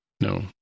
no